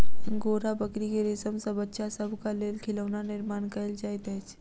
angora बकरी के रेशम सॅ बच्चा सभक लेल खिलौना निर्माण कयल जाइत अछि